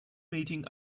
meeting